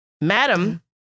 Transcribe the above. Madam